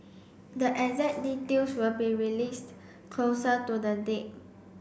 the exact details will be released closer to the date